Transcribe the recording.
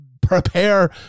prepare